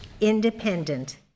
Independent